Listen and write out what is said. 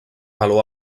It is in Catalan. valor